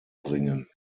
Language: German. bringen